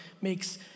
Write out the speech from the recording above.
makes